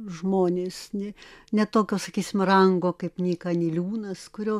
žmonės ne ne tokio sakysim rango kaip nyka niliūnas kurio